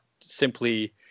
simply